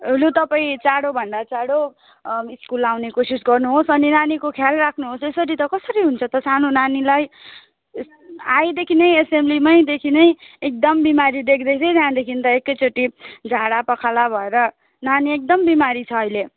लु तपाईँ चाँडो भन्दा चाँडो स्कुल आउने कोसिस गर्नुहोस् अनि नानी कि ख्याल राख्नुहोस् यसरी त कसरी हुन्छ सानो नानीलाई आएदेखि नै एसेम्बलीमै देखि नै एकदम बिमारी देख्दै थिएँ त्यहाँदेखि त एकैचोटि झाडा पखाला भएर नानी एकदम बिमारी छ अहिले